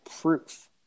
proof